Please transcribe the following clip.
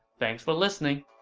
thanks for listening